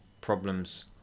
problems